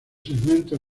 segmentos